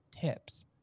tips